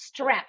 strep